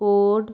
code